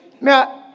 now